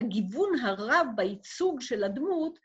‫גיוון הרב בייצוג של הדמות.